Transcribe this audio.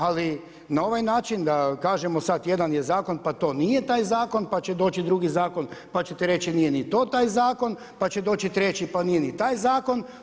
Ali na ovaj način da kažemo sada jedan je zakon pa to nije taj zakon, pa će doći drugi zakon pa ćete reći nije ni to taj zakon, pa će doći treći pa nije ni taj zakon.